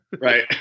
Right